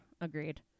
agreed